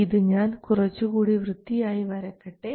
ഇത് ഞാൻ കുറച്ചുകൂടി വൃത്തിയായി വരയ്ക്കട്ടെ